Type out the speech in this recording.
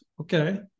okay